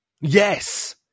Yes